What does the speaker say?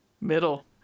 middle